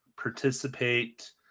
participate